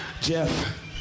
Jeff